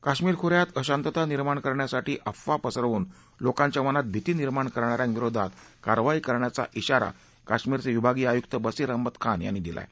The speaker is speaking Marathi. काश्मिर खो यात अशांतता निर्माण करण्यासाठी अफवा पसरवून लोकांच्या मनात भिती निर्माण करणा यांविरोधात कारवाई करण्याचा आारा काश्मिरचे विभागीय आयुक्त बसिर अहमद खान यांनी दिला आहे